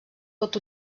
pot